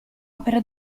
opera